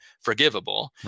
forgivable